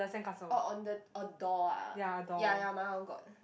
oh on the oh door ah ya ya my one got